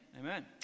amen